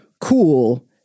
cool